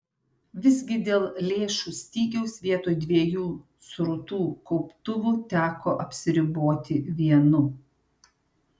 visgi dėl lėšų stygiaus vietoj dviejų srutų kauptuvų teko apsiriboti vienu